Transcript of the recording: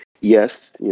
yes